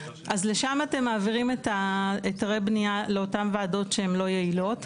אז לשם אתם מעבירים את היתרי הבנייה לאותם ועדות שהם לא יעילות המקומית?